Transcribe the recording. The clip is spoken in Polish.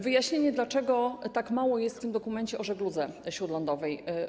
Wyjaśnienie, dlaczego tak mało jest w tym dokumencie o żegludze śródlądowej.